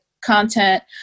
content